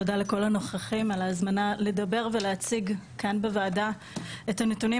תודה לכל הנוכחים על ההזמנה לדבר ולהציג כאן בוועדה את הנתונים